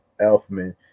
Elfman